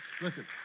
Listen